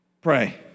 Pray